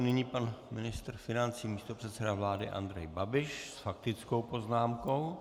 Nyní pan ministr financí a místopředseda vlády Andrej Babiš s faktickou poznámkou.